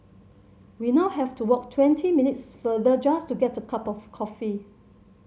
we now have to walk twenty minutes further just to get a cup of coffee